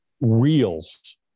reels